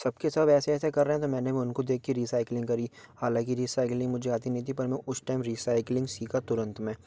सब के सब ऐसे ऐसे कर रहे थे मैंने भी उनको देख कर रीसाइकलिंग करी हालांकि रीसाइक्लिंग मुझे आती नहीं थी पर मैं उस टाइम रीसाइकलिंग सीखा तुरंत में